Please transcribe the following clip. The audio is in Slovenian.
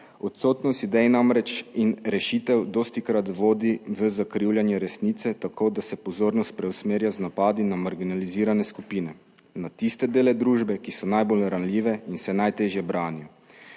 Odsotnost idej namreč in rešitev dostikrat vodi v zakrivljanje resnice, tako da se pozornost preusmerja z napadi na marginalizirane skupine, na tiste dele družbe, ki so najbolj ranljive in se najtežje branijo.